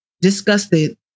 disgusted